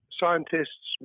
scientists